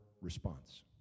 response